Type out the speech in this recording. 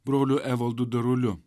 broliu evaldu daruliu